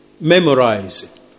Memorize